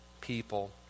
people